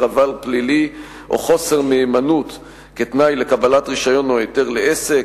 עבר פלילי או חוסר נאמנות כתנאי לקבלת רשיון או היתר לעסק,